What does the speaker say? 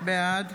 בעד